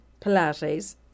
Pilates